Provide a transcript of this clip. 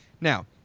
Now